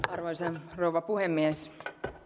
arvoisa rouva puhemies